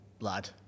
lad